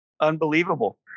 Unbelievable